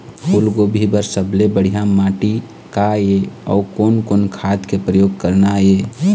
फूलगोभी बर सबले बढ़िया माटी का ये? अउ कोन कोन खाद के प्रयोग करना ये?